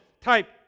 type